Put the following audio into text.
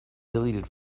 deleted